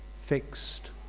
fixed